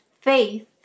faith